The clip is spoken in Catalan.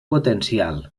potencial